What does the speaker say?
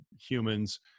humans